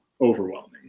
overwhelming